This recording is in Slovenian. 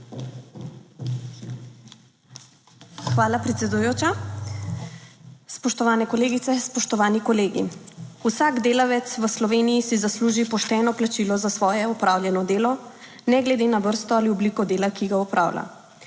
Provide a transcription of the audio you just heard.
Hvala, predsedujoča. Spoštovane kolegice, spoštovani kolegi! Vsak delavec v Sloveniji si zasluži pošteno plačilo za svoje opravljeno delo, ne glede na vrsto ali obliko dela, ki ga opravlja.